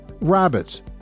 Rabbits